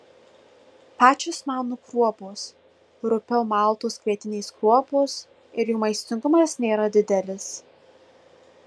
pačios manų kruopos rupiau maltos kvietinės kruopos ir jų maistingumas nėra didelis